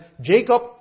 Jacob